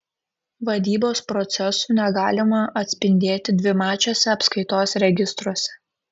vadybos procesų negalima atspindėti dvimačiuose apskaitos registruose